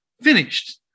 finished